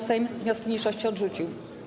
Sejm wnioski mniejszości odrzucił.